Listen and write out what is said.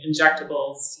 injectables